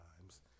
times